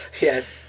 yes